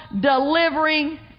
delivering